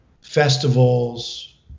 festivals